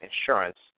insurance